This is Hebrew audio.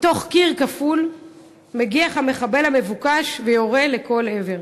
מתוך קיר כפול מגיח המחבל המבוקש ויורה לכל עבר.